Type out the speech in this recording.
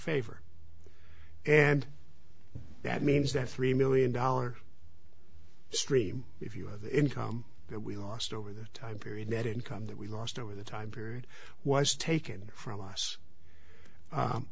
favor and that means that three million dollars stream if you have the income that we lost over that time period net income that we lost over the time period was taken from us